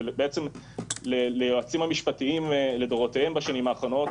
בעצם ליועצים המשפטיים לדורותיהם בשנים האחרונות,